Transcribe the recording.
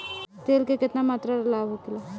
तेल के केतना मात्रा लाभ होखेला?